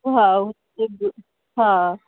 हा हुते हा